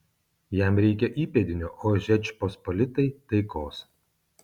jam reikia įpėdinio o žečpospolitai taikos